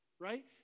right